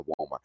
Walmart